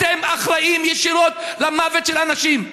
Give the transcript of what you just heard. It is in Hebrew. אתם אחראים ישירות למוות של אנשים.